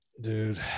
dude